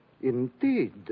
Indeed